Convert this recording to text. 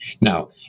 Now